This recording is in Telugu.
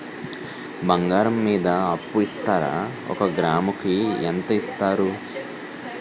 బంగారం మీద అప్పు ఇస్తారా? ఒక గ్రాము కి ఎంత ఇస్తారు?